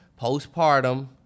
postpartum